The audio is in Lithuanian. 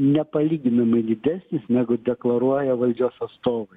nepalyginamai didesnis negu deklaruoja valdžios atstovai